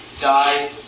die